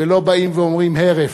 ולא באים ואומרים: הרף,